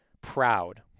proud